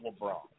LeBron